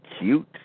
cute